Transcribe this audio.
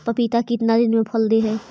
पपीता कितना दिन मे फल दे हय?